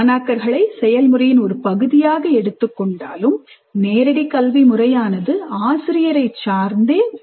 மாணாக்கர்களை செயல்முறையின் ஒரு பகுதியாக எடுத்துக் கொண்டாலும் ஆசிரியர்களிடம் மொத்த செயல்முறையின் கட்டுப்பாடு உள்ளது நேரடி கல்வி முறையானது ஆசிரியரை சார்ந்த செயல்முறையாக உள்ளது